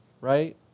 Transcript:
right